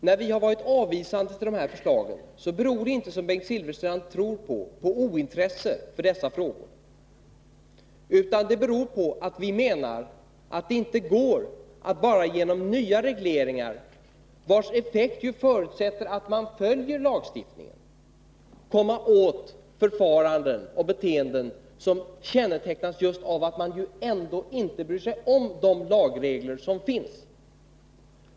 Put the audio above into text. När vi har varit avvisande till de här förslagen beror det inte på, som Bengt Silfverstrand tror, ointresse för dessa frågor, utan det beror på att vi menar att det inte går att bara genom nya regleringar — vars effekt förutsätter att man följer lagstiftningen — komma åt förfaranden och beteenden som kännetecknas just av att man ändå inte bryr sig om de lagregler som finns.